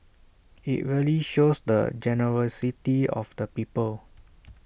IT really shows the generosity of the people